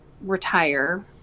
retire